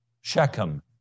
Shechem